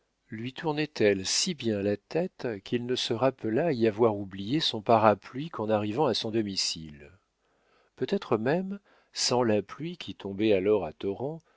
lui tournaient elles si bien la tête qu'il ne se rappela y avoir oublié son parapluie qu'en arrivant à son domicile peut-être même sans la pluie qui tombait alors à torrents